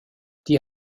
die